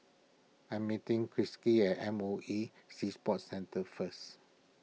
I'm meeting Krissy at M O E Sea Sports Centre first